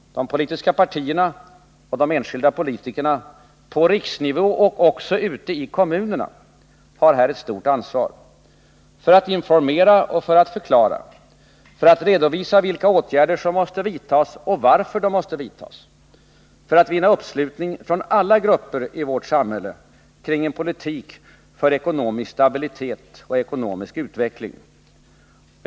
De politiska partierna och de enskilda politikerna — på riksnivå och också ute i kommunerna — har ett stort ansvar, ett ansvar för att informera och för att förklara, för att redovisa vilka åtgärder som måste vidtas och varför de måste vidtas, för att vinna uppslutning från alla grupper i vårt samhälle kring en politik för ekonomisk stabilitet och ekonomisk utveckling.